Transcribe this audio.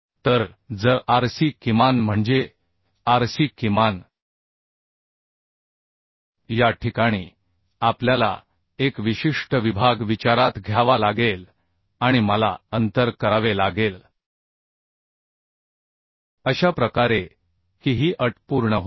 तर जर RC किमान म्हणजे RC किमान या ठिकाणी आपल्याला एक विशिष्ट विभाग विचारात घ्यावा लागेल आणि मला अंतर करावे लागेल अशा प्रकारे की ही अट पूर्ण होते